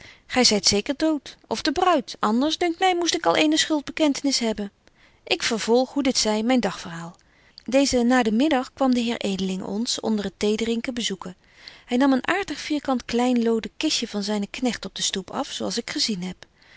gy zyt zeker dood of de bruid anders dunkt my moest ik al eene schuldbekentenis hebben ik vervolg hoe dit zy myn dag verhaal deezen nadenmiddag kwam de heer edeling ons onder het theedrinken bezoeken hy nam een aartig vierkant klein loden kistje van zynen knegt op de stoep af zo als ik gezien heb